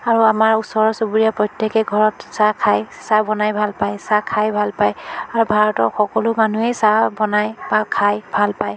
আৰু আমাৰ ওচৰ চুবুৰীয়া প্ৰত্য়েকেই ঘৰত চাহ খায় চাহ বনাই ভাল পায় চাহ খাই ভাল পায় আৰু ভাৰতৰ সকলো মানুহেই চাহ বনাই বা খাই ভাল পায়